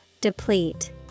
deplete